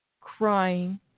crying